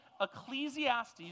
Ecclesiastes